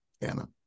Anna